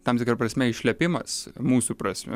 tam tikra prasme išlepimas mūsų prasme